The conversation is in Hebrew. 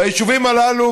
ביישובים הללו,